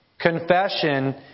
Confession